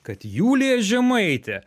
kad julija žemaitė